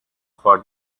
for